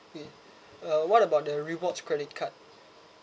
yeah uh what about the rewards credit card